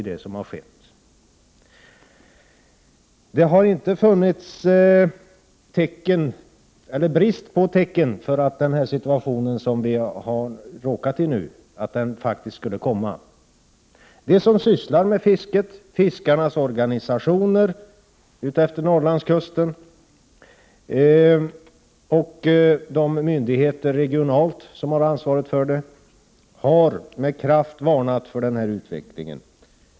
Det har inte rått brist på tecken på att den nuvarande situationen skulle uppstå. De som sysslar med fiske utefter Norrlandskusten, fiskarnas organisationer och de myndigheter som regionalt har ansvaret, har med kraft varnat för denna utveckling.